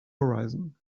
horizon